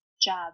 job